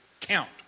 count